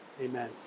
Amen